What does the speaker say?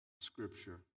scripture